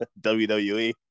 WWE